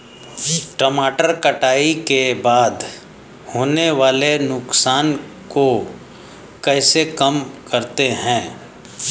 टमाटर कटाई के बाद होने वाले नुकसान को कैसे कम करते हैं?